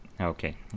Okay